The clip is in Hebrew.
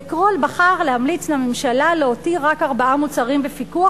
וקרול בחר להמליץ לממשלה להותיר רק ארבעה מוצרים בפיקוח,